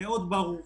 ברור מאוד,